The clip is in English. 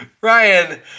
Ryan